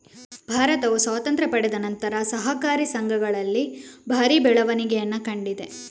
ಭಾರತವು ಸ್ವಾತಂತ್ರ್ಯ ಪಡೆದ ನಂತರ ಸಹಕಾರಿ ಸಂಘಗಳಲ್ಲಿ ಭಾರಿ ಬೆಳವಣಿಗೆಯನ್ನ ಕಂಡಿದೆ